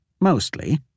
mostly